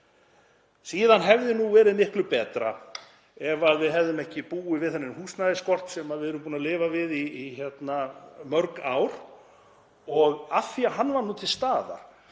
Síðan hefði verið miklu betra ef við hefðum ekki búið við þennan húsnæðisskort sem við erum búin að lifa við í mörg ár. Af því að hann var til staðar